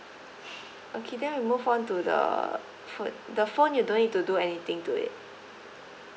okay then we move on to the food the phone you don't need to do anything to it